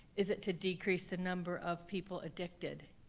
is it to decrease the number of people addicted?